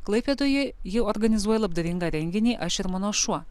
klaipėdoje ji organizuoja labdaringą renginį aš ir mano šuo